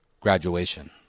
graduation